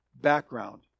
background